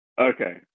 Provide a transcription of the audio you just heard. Okay